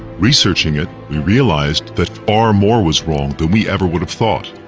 researching it, we realized that far more was wrong then we ever would have thought.